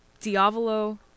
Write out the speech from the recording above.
Diavolo